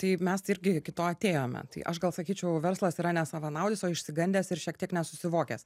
tai mes irgi iki to atėjome tai aš gal sakyčiau verslas yra ne savanaudis o išsigandęs ir šiek tiek nesusivokęs